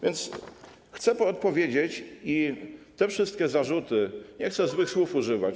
Więc chcę tu powiedzieć: te wszystkie zarzuty, nie chcę złych słów używać.